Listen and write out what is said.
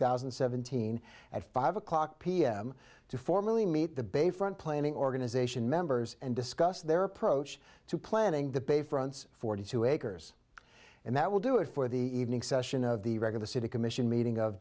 thousand and seventeen at five o'clock pm to formally meet the bayfront planning organization members and discuss their approach to planning the bayfront forty two acres and that will do it for the evening session of the regular city commission meeting of